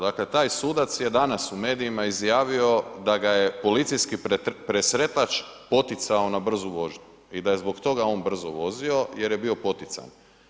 Dakle taj sudac je danas u medijima izjavio da ga je policijski presretač poticao na brzu vožnju i da je zbog toga on brzo vozio jer je bio potican.